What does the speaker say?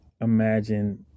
imagine